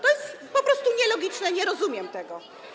To jest po prostu nielogiczne, nie rozumiem tego.